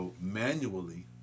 manually